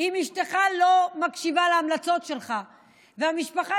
אם אשתך לא מקשיבה להמלצות שלך ובמשפחה